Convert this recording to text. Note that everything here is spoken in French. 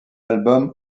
album